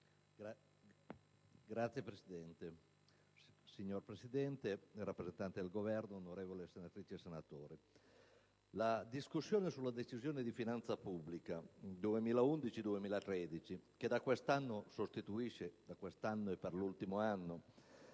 Signora Presidente, signor rappresentante del Governo, onorevoli senatrici e senatori, la discussione sulla Decisione di finanza pubblica 2011-2013, che da quest'anno sostituisce, e per l'ultimo anno,